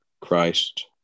Christ